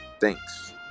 Thanks